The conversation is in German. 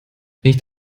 nicht